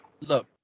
Look